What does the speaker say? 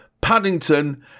paddington